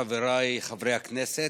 חבריי חברי הכנסת,